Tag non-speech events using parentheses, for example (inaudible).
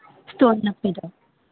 (unintelligible)